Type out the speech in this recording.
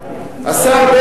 ואת דוח-גולדסטון השארתם,